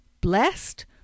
Blessed